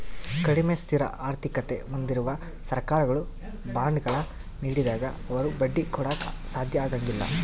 ಕಡಿಮೆ ಸ್ಥಿರ ಆರ್ಥಿಕತೆ ಹೊಂದಿರುವ ಸರ್ಕಾರಗಳು ಬಾಂಡ್ಗಳ ನೀಡಿದಾಗ ಅವರು ಬಡ್ಡಿ ಕೊಡಾಕ ಸಾಧ್ಯ ಆಗಂಗಿಲ್ಲ